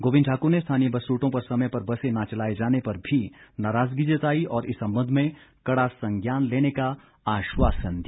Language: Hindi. गोविंद ठाकुर ने स्थानीय बस रूटों पर समय पर बसें न चलाए जाने पर भी नाराजगी जताई और इस संबंध में कड़ा संज्ञान लेने का आश्वासन दिया